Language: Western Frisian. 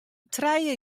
trije